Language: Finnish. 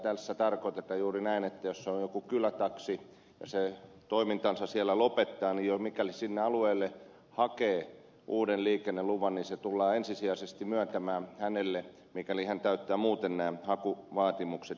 tässä tarkoitetaan juuri näin että jos on joku kylätaksi ja se toimintansa siellä lopettaa niin mikäli sinne alueelle hakee uuden liikenneluvan niin se tullaan ensisijaisesti myöntämään hänelle mikäli hän täyttää muuten nämä hakuvaatimukset